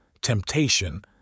temptation